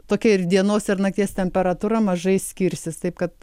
tokia ir dienos ir nakties temperatūra mažai skirsis taip kad